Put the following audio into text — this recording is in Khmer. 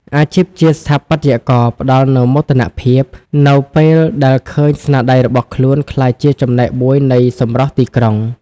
អាជីពជាស្ថាបត្យករផ្តល់នូវមោទនភាព នៅពេលដែលឃើញស្នាដៃរបស់ខ្លួនក្លាយជាចំណែកមួយនៃសម្រស់ទីក្រុង។